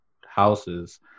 houses